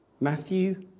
Matthew